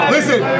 Listen